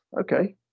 okay